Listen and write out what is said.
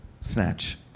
Snatch